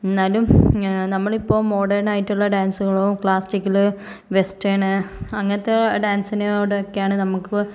എന്നാലും നമ്മളിപ്പോൾ മോഡേൺ ആയിട്ടുള്ള ഡാൻസുകളോ ക്ലാസിക്കൽ വെസ്റ്റേൺ അങ്ങനത്തെ ഡാൻസിനോടക്കെയാണ് നമുക്ക്